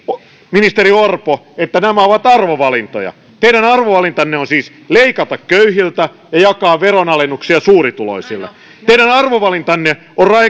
ministeri orpo että nämä ovat arvovalintoja teidän arvovalintanne on siis leikata köyhiltä ja jakaa veronalennuksia suurituloisille teidän arvovalintanne on